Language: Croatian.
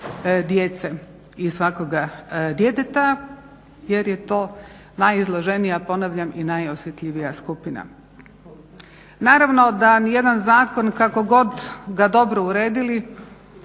djece i svakoga djeteta jer je to najizloženija ponavljam i najosjetljivija skupina. Naravno da nijedan zakon kako god ga dobro uredili